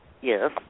Yes